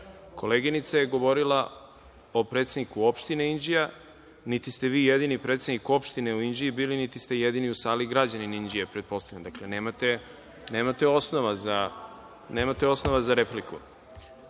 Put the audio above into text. Koleginica je govorila o predsedniku opštine Inđija. Niti ste vi bili jedini predsednik opštine u Inđiji bili, niti ste jedini u sali građanin Inđije, pretpostavljam. Dakle, nemate osnova za repliku. Znači,